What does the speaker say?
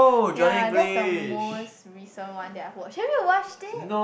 ya that's the most recent one that I've watched have you watched it